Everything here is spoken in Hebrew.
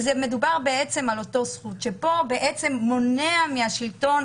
מדובר בעצם על אותו --- שמונע מהשלטון